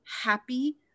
happy